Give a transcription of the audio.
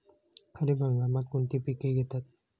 खरीप हंगामात कोणती पिके घेतात?